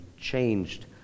changed